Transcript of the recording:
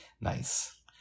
Nice